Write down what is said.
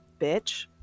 bitch